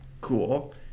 cool